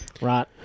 Right